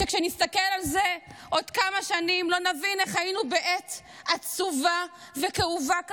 כשנסתכל על זה עוד כמה שנים לא נבין איך היינו בעת עצובה וכאובה כזאת.